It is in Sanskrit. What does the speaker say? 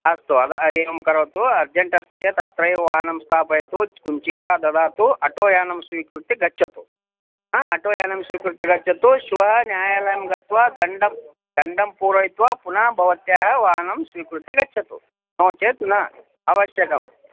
अस्तु अ एवं करोतु अर्जेण्ट् अस्ति चेत् अत्रैव वाहनं स्थापयतु कुञ्चिका ददातु अटोयानं स्वीकृत्य गच्छतु आटोयानं स्वीकृत्य गच्छतु श्वः न्यायालयं गत्वा दण्डं दण्डं पूरयित्वा पुनः भवत्याः वाहनं स्वीकृत्य गच्छतु नो चेत् न आवश्यकम्